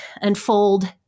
unfold